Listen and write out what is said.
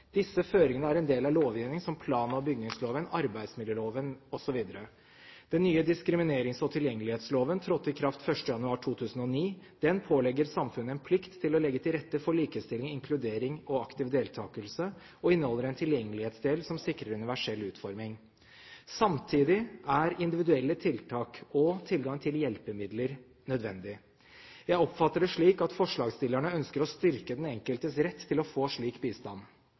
Disse føringene er en del av lovgivning som plan- og bygningsloven, arbeidsmiljøloven osv. Den nye diskriminerings- og tilgjengelighetsloven trådte i kraft 1. januar 2009. Den pålegger samfunnet en plikt til å legge til rette for likestilling, inkludering og aktiv deltakelse, og innholder en tilgjengelighetsdel som sikrer universell utforming. Samtidig er individuelle tiltak og tilgang til hjelpemidler nødvendig. Jeg oppfatter det slik at forslagsstillerne ønsker å styrke den enkeltes rett til å få slik bistand.